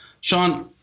Sean